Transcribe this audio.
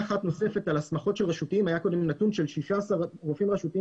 לגבי הסמכות רשותיים היה קודם נותן של 16 רופאים רשותיים